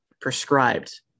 prescribed